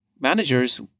managers